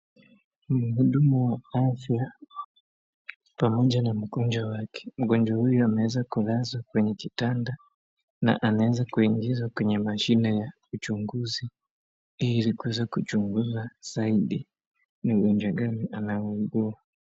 Mhudumu wa afya pamoja na mgonjwa wake. Mgonjwa huyu ameweza kulazwa kwenye kitanda na anaanza kuingizwa kwenye mashine ya uchunguzi ili kuweza kuchunguza zaidi ni ugonjwa gani ana ugua.